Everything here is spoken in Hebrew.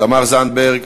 תמר זנדברג,